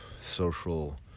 social